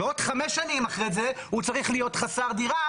ועוד חמש שנים אחרי זה הוא צריך להיות חסר דירה,